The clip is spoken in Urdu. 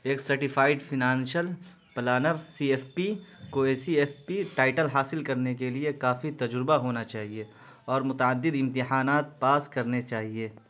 ایک certified financial planner C F P کو ایس ایف پی ٹائٹل حاصل کرنے کے لیے کافی تجربہ ہونا چاہیے اور متعدد امتحانات پاس کرنے چاہیے